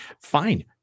Fine